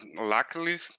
luckily